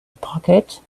pocket